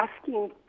asking